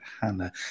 Hannah